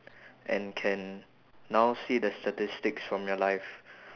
and can now see the statistics from your life